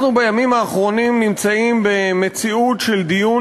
בימים האחרונים אנחנו נמצאים במציאות של דיון